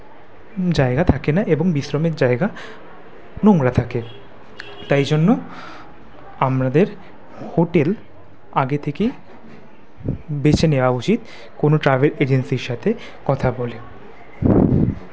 জায়গা থাকে না এবং বিশ্রামের জায়গা নোংরা থাকে তাই জন্য আমাদের হোটেল আগে থেকেই বেছে নেওয়া উচিৎ কোন ট্রাভেল এজেন্সির সাথে কথা বলে